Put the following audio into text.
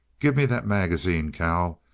give me that magazine, cal.